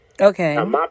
Okay